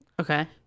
okay